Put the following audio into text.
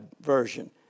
version